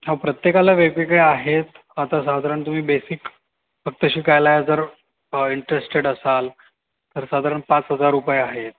हां प्रत्येकाला वेगवेगळ्या आहेत आता साधारण तुम्ही बेसिक फक्त शिकायला जर इंटरेस्टेड असाल तर साधारण पाच हजार रुपये आहेत